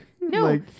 No